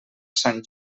sant